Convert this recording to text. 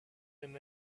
them